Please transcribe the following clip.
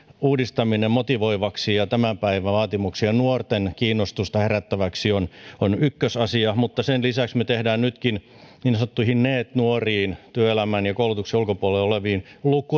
uudistaminen motivoivaksi ja tämän päivän vaatimuksia vastaavaksi nuorten kiinnostusta herättäväksi on on ykkösasia mutta sen lisäksi me teemme nytkin liittyen niin sanottuihin neet nuoriin työelämän ja ja koulutuksen ulkopuolella oleviin